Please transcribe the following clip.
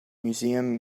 museum